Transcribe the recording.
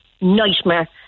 nightmare